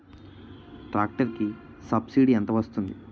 Tractor కి subsidy ఎంత వస్తుంది?